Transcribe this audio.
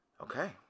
Okay